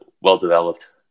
well-developed